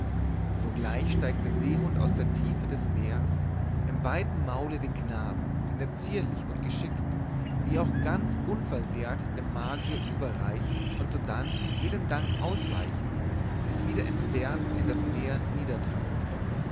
sogleich steigt der seehund aus der tiefe des meers im weiten maule den knaben den er zierlich und geschickt wie auch ganz unversehrt dem magier überreicht und sodann jedem dank ausweichend sich wieder entfernt in das meer